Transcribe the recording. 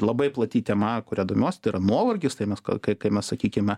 labai plati tema kuria domiuos nuovargis tai mes kai kai mes sakykime